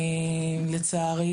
לצערי,